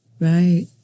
Right